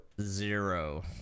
Zero